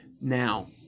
now